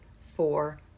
four